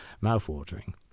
mouth-watering